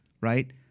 right